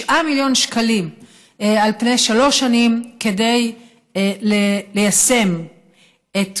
מיליון שקלים על פני שלוש שנים כדי ליישם את החוק.